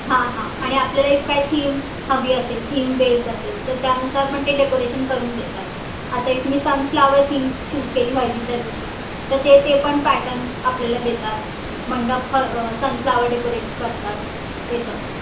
हां हां आणि आपल्याला एक काही थीम हवी असेल थीम बेस्ड असेल तर त्यानुसार पण ते डेकोरेशन करून देतात आता एक मी सनफ्लॉवर थीम चूज केली हळदीच्या दिवशी तर ते ते पण पॅटर्न आपल्याला देतात मंडप सनफ्लॉवर डेकोरेट करतात ते सगळं